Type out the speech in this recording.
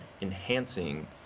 enhancing